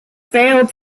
failed